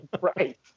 Right